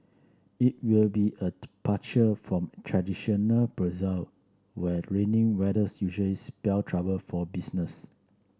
it will be a departure from traditional bazaar where rainy weather usually spell trouble for business